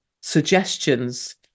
suggestions